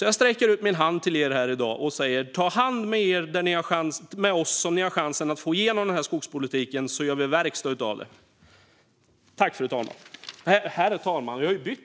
Jag sträcker ut min hand till er här i dag och säger: Ta oss i hand där ni har chansen att få igenom den här skogspolitiken så gör vi verkstad av det!